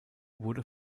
wurde